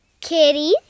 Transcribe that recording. Kitty